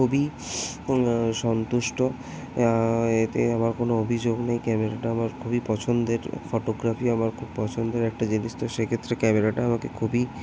খুবই সন্তুষ্ট এতে আমার কোনো অভিযোগ নেই ক্যামেরাটা আমার খুবই পছন্দের ফটোগ্রাফি আমার খুব পছন্দের একটা জিনিস তো সে ক্ষেত্রে ক্যামেরাটা আমাকে খুবই